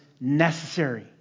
necessary